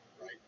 Right